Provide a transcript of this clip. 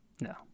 No